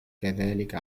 كذلك